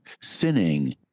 sinning